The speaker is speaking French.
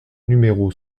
numéro